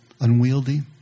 unwieldy